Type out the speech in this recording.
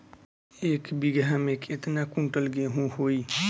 एक बीगहा में केतना कुंटल गेहूं होई?